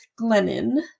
Glennon